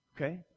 okay